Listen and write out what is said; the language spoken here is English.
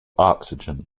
oxygen